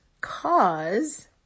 cause